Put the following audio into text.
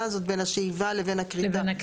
להבחנה הזאת בין השאיבה לבין הכריתה.